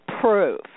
proof